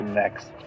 next